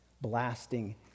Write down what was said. blasting